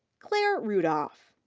claire rudolph.